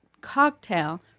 cocktail